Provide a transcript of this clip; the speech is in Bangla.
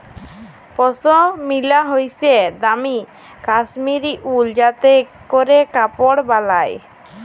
পশমিলা হইসে দামি কাশ্মীরি উল যাতে ক্যরে কাপড় বালায়